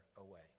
away